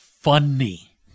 funny